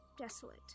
Desolate